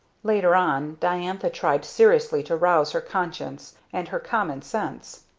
later on, diantha tried seriously to rouse her conscience and her common sense.